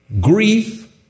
grief